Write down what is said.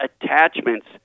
attachments